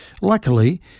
luckily